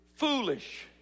Foolish